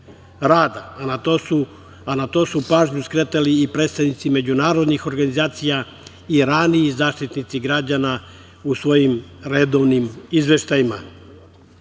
a na to su pažnju skretali i predstavnici međunarodnih organizacija i raniji zaštitnici građana u svojim redovnim izveštajima,